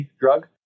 drug